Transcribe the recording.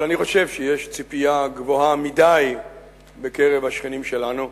אני חושב שיש ציפייה גבוהה מדי בקרב השכנים שלנו,